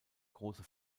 große